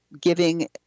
giving